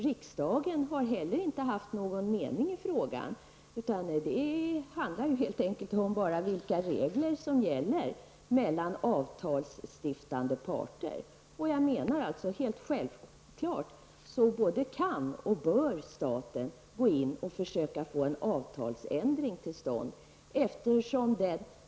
Riksdagen har inte heller haft någon mening i frågan, utan det handlar helt enkelt om vilka regler som gäller mellan avtalsstiftande parter. Jag menar att staten helt självklart både kan och bör gå in och söka få en avtalsändring till stånd.